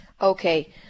Okay